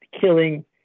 killing